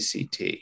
ACT